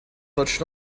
such